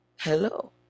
Hello